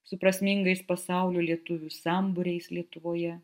su prasmingais pasaulio lietuvių sambūriais lietuvoje